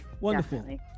Wonderful